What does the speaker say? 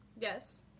Yes